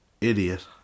Idiot